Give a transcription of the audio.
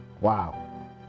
Wow